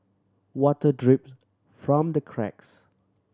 water drip from the cracks